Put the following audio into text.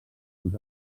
els